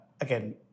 again